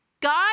God